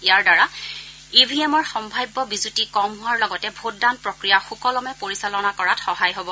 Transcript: ইয়াৰ দ্বাৰা ই ভি এমৰ সম্ভাৱ্য বিজুতি কম হোৱাৰ লগতে ভোটদান প্ৰক্ৰিয়া সুকলমে পৰিচালনা কৰাত সহায় হ'ব